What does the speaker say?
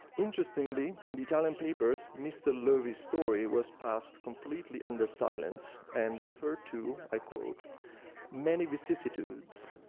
interestingly, in the italian papers, mr. loewi's story was passed completely under silence and referred to i quote many vicissitudes.